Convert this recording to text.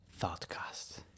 Thoughtcast